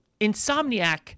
Insomniac